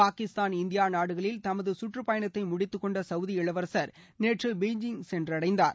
Pakistan India நாடுகளில் தமது கற்றுப்பயணத்தை முடித்துக்கொண்ட சவுதி இளவரசர் நேற்று பெய்ஜிங் சென்றடைந்தார்